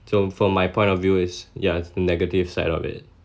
so from my point of view it's yeah it's negative side of it